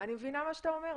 אני מבינה מה שאתה אומר,